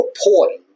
reporting